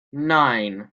nine